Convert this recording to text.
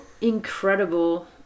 incredible